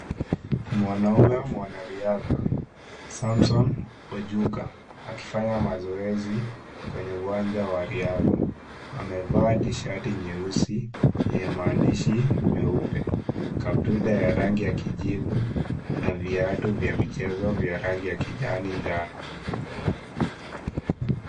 Mwanamume mwanariadha, Samson Ojuka, akifanya mazoezi kwenye uwanja wa riadha. Amevaa tishati nyeusi yenye maandishi meupe, katura yenye rangi ya kijivu na viatu vya michezo vya rangi ya kijani njano.